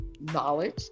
knowledge